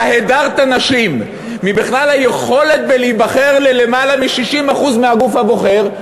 אתה הדרת נשים מהיכולת להיבחר בכלל ללמעלה מ-60% מהגוף הבוחר,